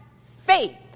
faith